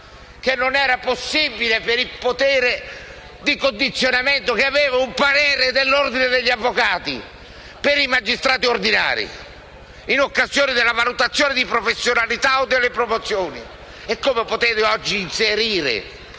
che non era possibile, per il potere di condizionamento che aveva, un parere dell'Ordine degli avvocati per i magistrati ordinari in occasione della valutazione di professionalità o delle promozioni. Come potete oggi inserire